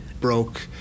broke